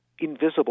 invisible